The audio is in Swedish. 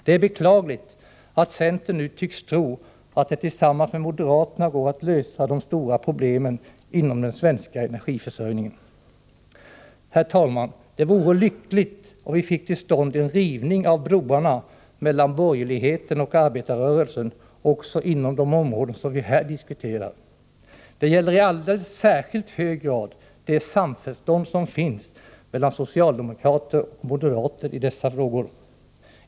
Det är beklagligt att centern nu tycks tro att centern tillsammans med moderaterna går att lösa de stora problemen inom den svenska energiförsörjningen. Herr talman! Det vore lyckligt om vi fick till stånd en rivning av broarna mellan borgerligheten och arbetarrörelsen också inom de områden som vi här diskuterar. Det gäller i alldeles särskilt hög grad det samförstånd som finns mellan socialdemokrater och moderater i dessa frågor.